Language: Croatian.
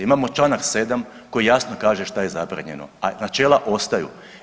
Imamo članak 7. koji jasno kaže što je zabranjeno, a načela ostaju.